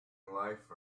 life